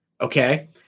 Okay